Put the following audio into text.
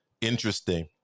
interesting